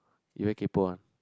you are kaypo one